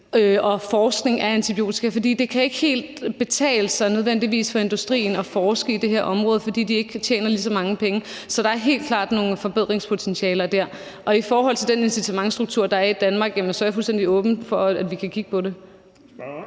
med forskning i antibiotika. Det kan ikke nødvendigvis helt betale sig for industrien at forske i det her område, fordi de ikke tjener lige så mange penge på det. Så der er helt klart nogle forbedringspotentialer der. Og i forhold til den incitamentsstruktur, der er i Danmark, er jeg fuldstændig åben for, at vi kan kigge på det.